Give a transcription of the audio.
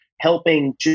helping